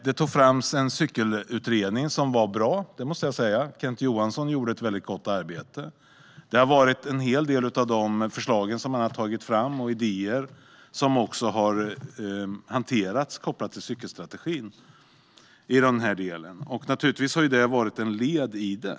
Det togs fram en cykelutredning som var bra; det måste jag säga. Kent Johansson gjorde ett väldigt gott arbete. En hel del av de förslag och idéer som han tagit fram har också hanterats kopplat till cykelstrategin. Naturligtvis har det varit ett led i den.